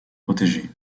protéger